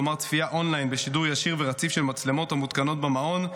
כלומר צפייה אונליין בשידור ישיר ורציף של המצלמות המותקנות במעון,